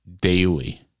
daily